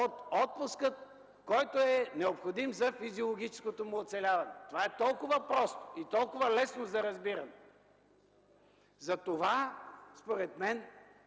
от отпуск, който е необходим за физиологичното му оцеляване. Това е толкова просто и толкова лесно за разбиране! Затова, според мен,